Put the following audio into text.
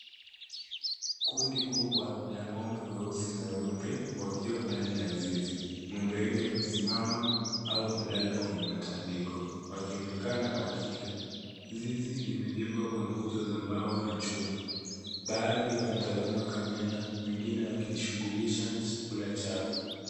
Kundi kubwa la ng'obe weusi na weupe, wakiwa ndani ya zizi. Ng'ombe wengi wamesimama au wamelala kwenye matandiko, wakionekana wakila. Zizi limejengwa kwa nguzo za mbao na chuma. Baadhi wanatazama kamera, wengine wakijishughulisha na chakula chao.